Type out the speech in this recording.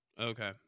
Okay